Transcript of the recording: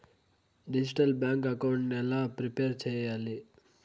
Digital bank account ఎలా prepare సెయ్యాలి?